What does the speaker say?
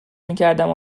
میکردم